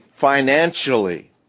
financially